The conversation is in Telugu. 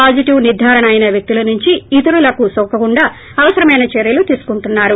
పాజిటిప్ నిర్గారణ అయిన వ్యక్తుల నుంచి ఇతరులకు నోకకుండా అవసరమైన చర్యలు తీసుకుంటున్నారు